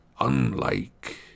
unlike